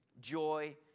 joy